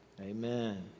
Amen